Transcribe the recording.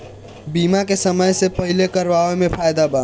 बीमा के समय से पहिले करावे मे फायदा बा